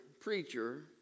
preacher